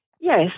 Yes